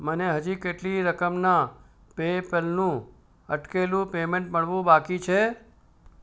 મને હજી કેટલી રકમના પેપલનું અટકેલું પેમેંટ મળવું બાકી છે